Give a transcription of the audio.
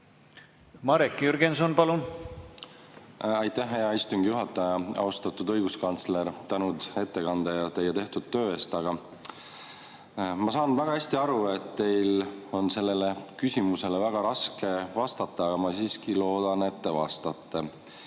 Marek Jürgenson, palun! Aitäh, hea istungi juhataja! Austatud õiguskantsler! Tänud ettekande ja teie tehtud töö eest! Ma saan väga hästi aru, et teil on sellele küsimusele väga raske vastata, aga ma siiski loodan, et te vastate.